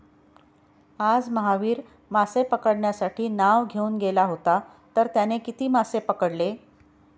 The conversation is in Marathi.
आज महावीर मासे पकडण्यासाठी नाव घेऊन गेला होता तर त्याने किती मासे पकडले?